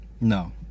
no